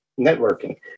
networking